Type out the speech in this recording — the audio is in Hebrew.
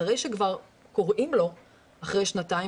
אחרי שכבר קוראים לו אחרי שנתיים,